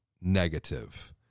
negative